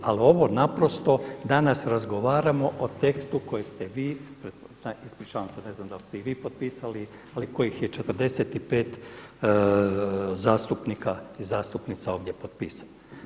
Ali ovo naprosto danas razgovaramo o tekstu koji ste vi, ispričavam se ne znam da li ste i vi potpisali, ali kojih je 45 zastupnika i zastupnica ovdje potpisalo.